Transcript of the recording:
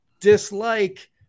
dislike